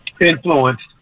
influenced